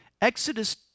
Exodus